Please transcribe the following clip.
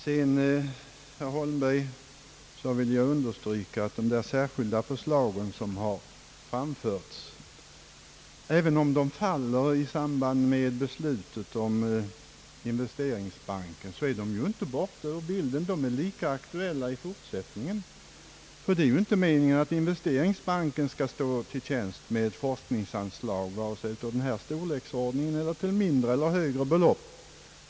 Sedan vill jag understryka, herr Holmberg, att även om de särskilda förslagen faller i samband med beslutet om investeringsbanken så är de inte borta ur bilden; de är lika aktuella i fortsättningen. Det kan ju inte vara meningen att investeringsbanken skall stå till tjänst med forskningsanslag vare sig av denna storleksordning eller till mindre eller högre belopp.